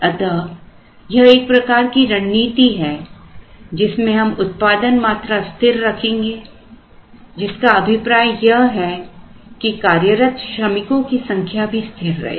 अतः यह एक प्रकार की रणनीति है जिसमें हम उत्पादन मात्रा स्थिर रखेंगे जिसका अभिप्राय यह है कि कार्यरत श्रमिकों की संख्या भी स्थिर रहेगी